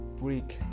break